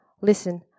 listen